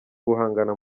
guhangana